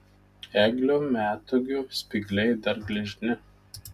eglių metūgių spygliai dar gležni